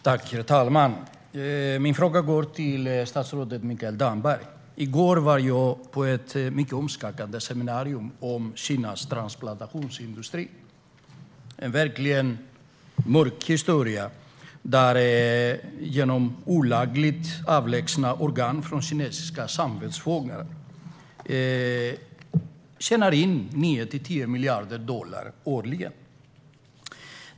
Herr talman! Min fråga går till statsrådet Mikael Damberg. I går var jag på ett mycket uppskakande seminarium om Kinas transplantationsindustri. Det är en verkligt mörk historia där man genom att olagligt avlägsna organ från kinesiska samvetsfångar tjänar in 9-10 miljarder dollar årligen.